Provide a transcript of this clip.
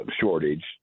shortage